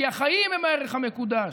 כי החיים הם הערך מקודש,